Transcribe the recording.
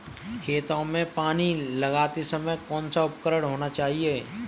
खेतों में पानी लगाते समय कौन सा उपकरण होना चाहिए?